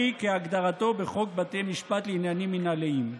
כהגדרתו בחוק בתי משפט לעניינים מינהליים.